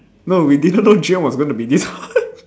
no we didn't know was gonna be this hard